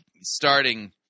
starting